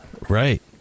Right